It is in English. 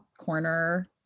Corner